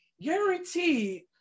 Guaranteed